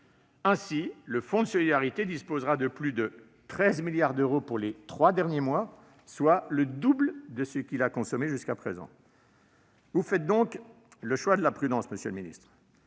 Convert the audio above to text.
Ainsi, le fonds de solidarité disposera de plus de 13 milliards d'euros pour les trois derniers mois de 2020, soit le double des crédits consommés jusqu'à présent. Vous faites donc le choix de la prudence, monsieur le ministre.